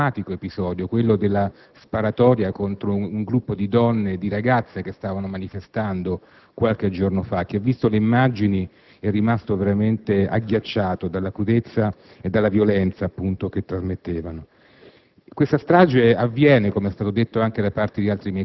sono ancora vive nella nostra mente le immagini di un altro drammatico episodio, la sparatoria contro un gruppo di donne e ragazze che stavano manifestando, qualche giorno fa. Chi ha visto le immagini è rimasto agghiacciato dalla crudezza e dalla violenza, appunto, che trasmettevano.